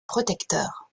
protecteurs